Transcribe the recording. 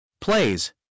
Plays